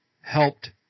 Helped